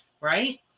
right